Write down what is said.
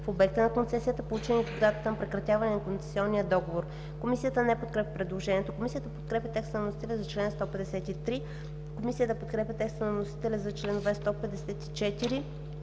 в обекта на концесията, получени до датата на прекратяване на концесионния договор.“ Комисията не подкрепя предложението. Комисията подкрепя текста на вносителя за чл. 153. Комисията подкрепя текста на вносителя за чл. 154,